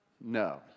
No